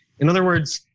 in other words,